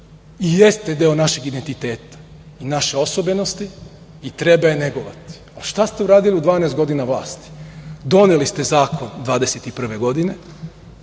i jeste deo našeg identiteta, naše osobenosti i treba je negovati. Ali, šta ste uradili u 12 godina vlasti? Doneli ste zakon 2021. godine,